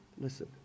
listen